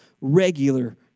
regular